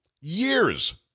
Years